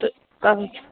تہٕ